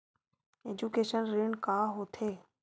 Education ऋण का होथे?